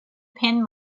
pin